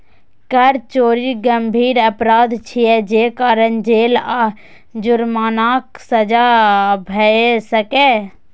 कर चोरी गंभीर अपराध छियै, जे कारण जेल आ जुर्मानाक सजा भए सकैए